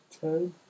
Ten